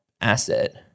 asset